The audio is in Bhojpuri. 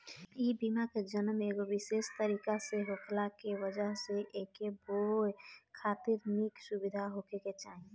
इ बिया के जनम एगो विशेष तरीका से होखला के वजह से एके बोए खातिर निक सुविधा होखे के चाही